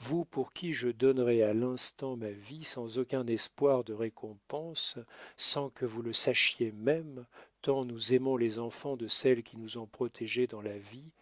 vous pour qui je donnerais à l'instant ma vie sans aucun espoir de récompense sans que vous le sachiez même tant nous aimons les enfants de celles qui nous ont protégés dans la vie